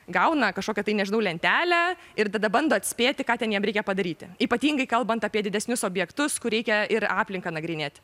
gauna kažkokią tai nežinau lentelę ir tada bando atspėti ką ten jam reikia padaryti ypatingai kalbant apie didesnius objektus kur reikia ir aplinką nagrinėti